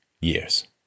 years